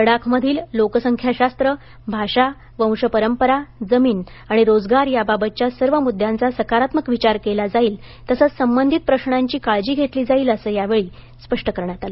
लडाखमधील लोकसंख्याशास्त्र भाषा वंश परंपरा जमीन आणि रोजगार याबाबतच्या सर्व मुद्यांचा सकारात्मक विचार केला जाईल तसंच संबधित प्रशांची काळजी घेतली जाईल असही यावेळी स्पष्ट करण्यात आलं